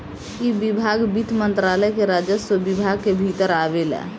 इ विभाग वित्त मंत्रालय के राजस्व विभाग के भीतर आवेला